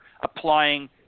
applying